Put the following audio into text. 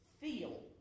feel